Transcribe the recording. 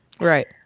Right